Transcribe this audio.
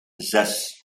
zes